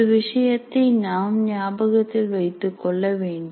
ஒரு விஷயத்தை நாம் ஞாபகத்தில் கொள்ள வேண்டும்